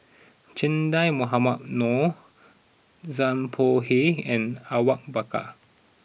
Che Dah Mohamed Noor Zhang Bohe and Awang Bakar